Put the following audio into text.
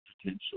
potential